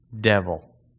devil